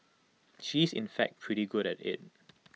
she is in fact pretty good at IT